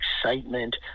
excitement